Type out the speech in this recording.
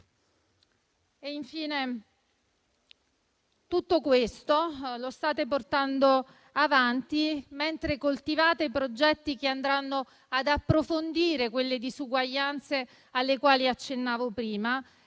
Infine, tutto questo lo state portando avanti mentre coltivate progetti che andranno ad approfondire le disuguaglianze alle quali accennavo prima.